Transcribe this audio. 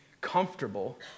comfortable